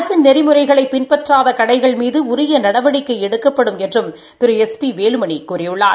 அரசின் நெறிமுறைகளை பின்பற்றாத கடைகள் மீது உரிய நடவடிக்கை எடுக்கப்படும் என்றும் திரு எஸ் பி வேலுமணி கூறியுள்ளார்